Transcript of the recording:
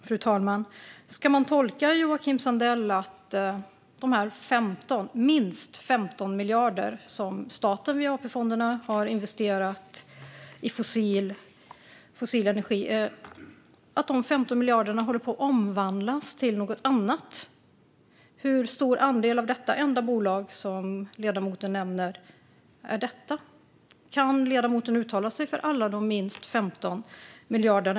Fru talman! Ska man tolka det som Joakim Sandell säger som att de minst 15 miljarder som staten via AP-fonderna har investerat i fossil energi håller på att omvandlas till något annat? Hur stor andel av det är detta enda bolag som ledamoten nämner? Kan ledamoten uttala sig om alla de minst 15 miljarderna?